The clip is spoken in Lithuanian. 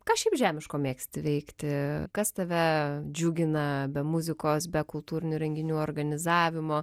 ką šiaip žemiško mėgsti veikti kas tave džiugina be muzikos be kultūrinių renginių organizavimo